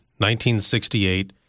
1968